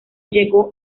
llegó